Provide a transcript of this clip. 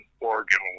Oregon